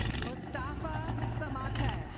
mustapha samateh.